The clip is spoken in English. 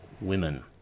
women